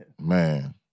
man